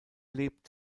lebt